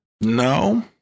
no